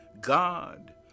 God